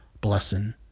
blessing